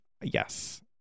Yes